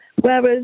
Whereas